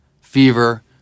fever